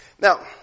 Now